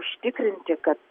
užtikrinti kad